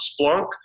Splunk